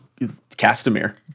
Castamere